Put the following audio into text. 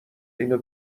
اینو